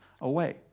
away